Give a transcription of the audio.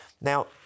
Now